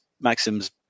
Maxim's